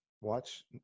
Watch